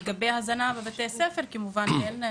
לגבי הזנה בבתי הספר, כמובן שאין.